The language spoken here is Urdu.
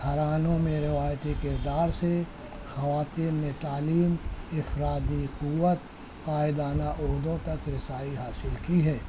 گھرانوں میں روایتی کردار سے خواتین میں تعلیم افرادی قوت قائدانہ اردو تک رسائی حاصل کی ہے